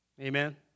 Amen